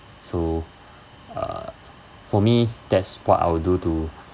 so uh for me that's what I would do to